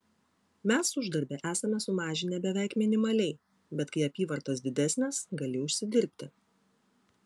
mes uždarbį esame sumažinę beveik minimaliai bet kai apyvartos didesnės gali užsidirbti